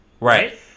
Right